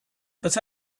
but